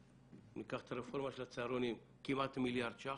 ניקח את הרפורמה של הצהרונים, כמעט מיליארד ₪,